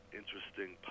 interesting